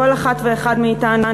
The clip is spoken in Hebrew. כל אחד ואחד מאתנו,